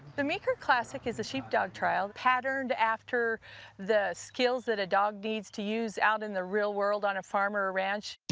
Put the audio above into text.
the meeker classic is a sheepdog trial patterned after the skills that a dog needs to use out in the real world on a farm or a ranch.